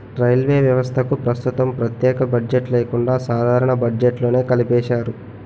railway వ్యవస్థకు ప్రస్తుతం ప్రత్యేక బడ్జెట్ లేకుండా సాధారణ బడ్జెట్లోనే కలిపేశారు